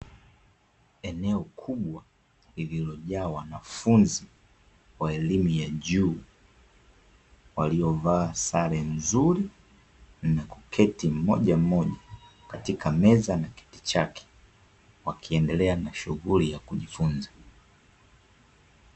Eneo kubwa lililojaa wanafunzi wa elimu ya juu, waliovaa sare nzuri na kuketi mmoja mmoja, katika meza na kiti chake, wakiendelea na shughuli ya kujifunza.